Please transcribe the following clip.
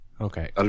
Okay